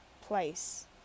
place